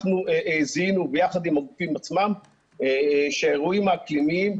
אנחנו זיהינו ביחד עם הגופים עצמם שהאירועים האקלימיים,